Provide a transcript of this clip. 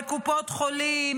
בקופות חולים,